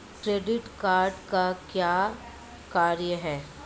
Credit card का क्या कार्य है?